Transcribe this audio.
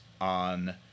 on